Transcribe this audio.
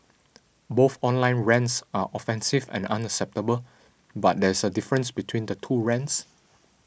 both online rants are offensive and unacceptable but there is a difference between the two rants